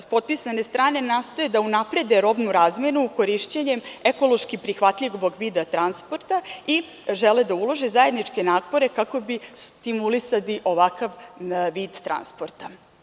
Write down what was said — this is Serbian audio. Potpisane strane nastoje da unaprede robnu razmenu korišćenjem ekološki prihvatljivog vida transporta i žele da ulože zajedničke napore kako bi stimulisali ovakav vid transporta.